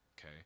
okay